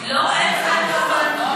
לא, אין דבר כזה.